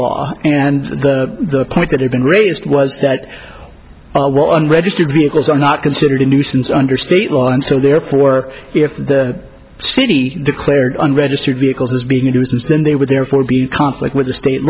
law and the point that have been raised was that unregistered vehicles are not considered a nuisance under state law and so therefore if the city declared unregistered vehicles as being a nuisance then they would therefore be in conflict with the state